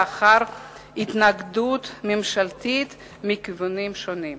לאחר התנגדות ממשלתית מכיוונים שונים.